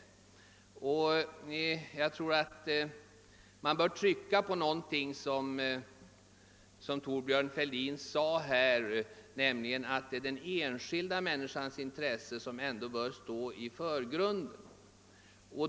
Men jag vill understryka vad Thorbjörn Fälldin sade om att det är den enskilda män niskans intressen som bör stå i förgrunden.